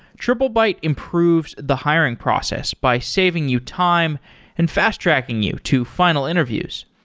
triplebyte improves the hiring process by saving you time and fast-tracking you to final interviews.